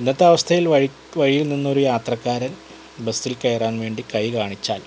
ഇന്നത്തെ അവസ്ഥയിൽ വഴി വഴിയിൽ നിന്നൊരു യാത്രക്കാരൻ ബസിൽ കയറാൻ വേണ്ടി കൈ കാണിച്ചാൽ